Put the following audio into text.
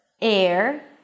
air